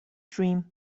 dream